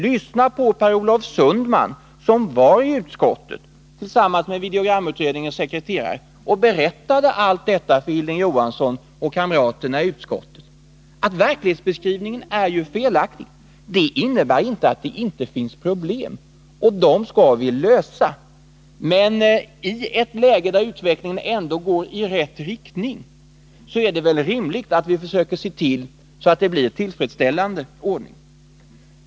Lyssna på Per-Olof Sundman, som var hos utskottet tillsammans med videogramutredningens sekreterare och berättade allt detta för Hilding Johansson och kamraterna i utskottet! Er verklighetsbeskrivning är felaktig. Det innebär inte att det inte finns problem — och dem skall vi lösa. Men i ett läge där utvecklingen ändå går i rätt riktning är det väl rimligt att vi försöker se till att det sker i en tillfredsställande ordning.